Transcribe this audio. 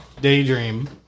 Daydream